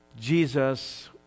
Jesus